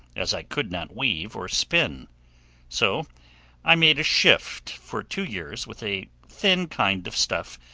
as i could not weave or spin so i made a shift for two years with a thin kind of stuff,